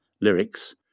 lyrics